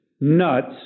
nuts